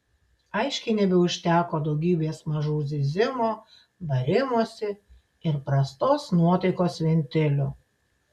aiškiai nebeužteko daugybės mažų zyzimo barimosi ir prastos nuotaikos ventilių